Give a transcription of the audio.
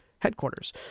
headquarters